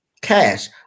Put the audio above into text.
cash